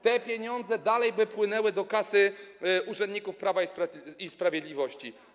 Te pieniądze dalej by płynęły do kas urzędników Prawa i Sprawiedliwości.